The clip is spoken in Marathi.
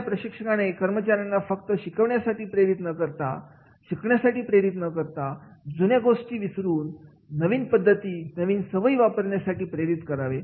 अशा प्रशिक्षकाने कर्मचाऱ्यांना फक्त शिकण्यासाठी प्रेरित न करता जुन्या गोष्टी विसरून नवीन पद्धती नवीन सवयी वापरण्यासाठी प्रेरित करावे